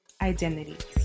identities